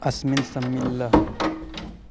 अस्मिन् सम्मिल्य